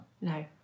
No